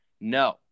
No